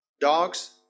Dogs